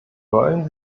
wollen